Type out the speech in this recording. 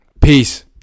Peace